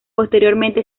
posteriormente